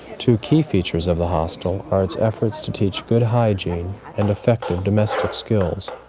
two key features of the hostel are its efforts to teach good hygiene and effective domestic skills.